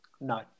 No